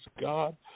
god